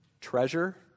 Treasure